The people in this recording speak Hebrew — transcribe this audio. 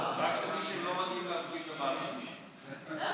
ההצעה להעביר את הצעת חוק המקרקעין (תיקון,